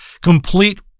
complete